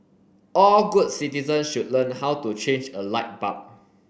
all good citizens should learn how to change a light bulb